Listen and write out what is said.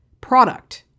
product